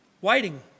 waiting